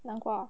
南瓜啊